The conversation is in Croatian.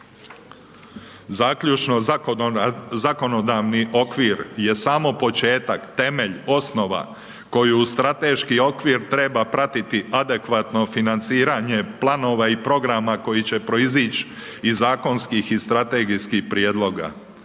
Zaključno, zakonodavni okvir je samo početak, temelj, osnova, koju uz Strateški okvir treba pratiti adekvatno financiranje planova i programa koji će proizić iz zakonskih i strategijskih prijedloga.